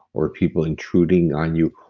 or people intruding on you,